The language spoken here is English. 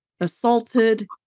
assaulted